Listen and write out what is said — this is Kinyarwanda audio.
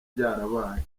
byarabaye